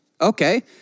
okay